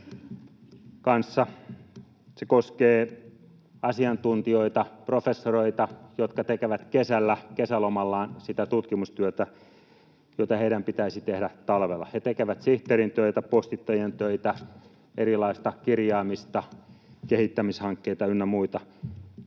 se koskee asiantuntijoita, professoreita, jotka tekevät kesällä, kesälomallaan, sitä tutkimustyötä, jota heidän pitäisi tehdä talvella. He tekevät sihteerin töitä, postittajien töitä, erilaista kirjaamista, kehittämishankkeita ynnä muita.